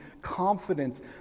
confidence